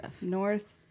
north